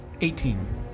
Eighteen